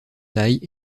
taille